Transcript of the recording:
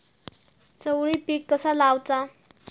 चवळी पीक कसा लावचा?